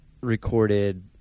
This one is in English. recorded